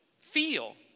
feel